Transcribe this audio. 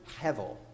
hevel